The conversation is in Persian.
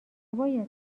باید